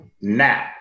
now